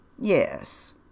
yes